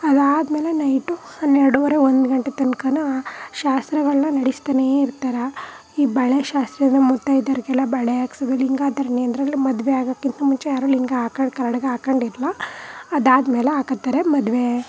ಅದಾದ್ಮೇಲೆ ನೈಟು ಹನ್ನೆರಡುವರೆ ಒಂದು ಗಂಟೆ ತನಕನೂ ಶಾಸ್ತ್ರಗಳನ್ನ ನಡೆಸ್ತಲೇ ಇರ್ತಾರೆ ಈ ಬಳೆ ಶಾಸ್ತ್ರನ ಮುತ್ತೈದೆಯರಿಗೆಲ್ಲ ಬಳೆ ಹಾಕ್ಸೋದು ಲಿಂಗಧಾರಣೆ ಅಂದ್ರಲ್ಲಿ ಮದುವೆ ಆಗೋಕ್ಕಿಂತ ಮುಂಚೆ ಯಾರು ಲಿಂಗ ಹಾಕೊಂಡು ಖಡ್ಗ ಹಾಕೋಂಗಿಲ್ಲ ಅದಾದ್ಮೇಲೆ ಹಾಕೊಳ್ತಾರೆ ಮದುವೆ